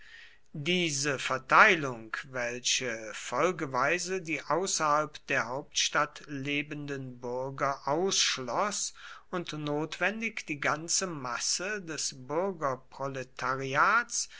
diese verteilung welche folgeweise die außerhalb der hauptstadt lebenden bürger ausschloß und notwendig die ganze masse des